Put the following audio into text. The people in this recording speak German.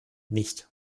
nicht